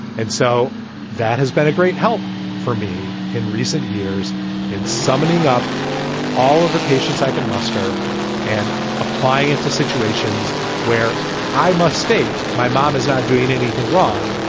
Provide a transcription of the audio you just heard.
and so that has been a great help for me in recent years in summoning up all of the patients i can muster and applying it to situations where i must state. my mom is not doing anything wrong.